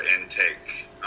intake